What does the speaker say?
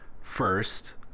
first